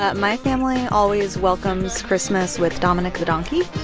ah my family always welcomes christmas with dominick the donkey.